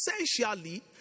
essentially